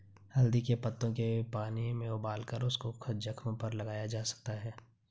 हल्दी के पत्तों के पानी में उबालकर उसको जख्म पर लगाया जा सकता है